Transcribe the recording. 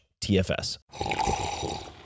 TFS